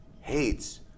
hates